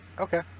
okay